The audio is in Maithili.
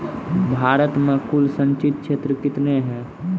भारत मे कुल संचित क्षेत्र कितने हैं?